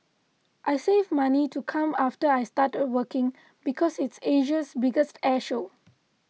I saved money to come after I started working because it's Asia's biggest air show